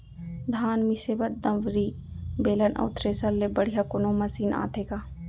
धान मिसे बर दंवरि, बेलन अऊ थ्रेसर ले बढ़िया कोनो मशीन आथे का?